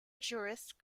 jurist